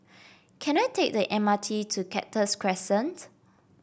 can I take the M R T to Cactus Crescent